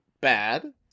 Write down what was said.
bad